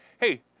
Hey